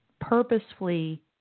purposefully